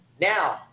Now